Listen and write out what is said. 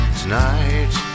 tonight